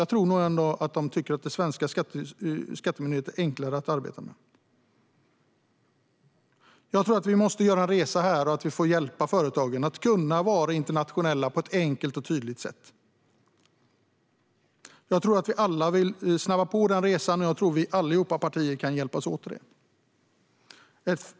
Jag tror ändå att de tycker att den svenska skattemyndigheten är enklare att arbeta med. Vi måste göra en resa här och hjälpa företagen att kunna vara internationella på ett enkelt och tydligt sätt. Jag tror att vi alla vill snabba på den resan, och jag tror att alla partier kan hjälpas åt i det.